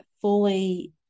fully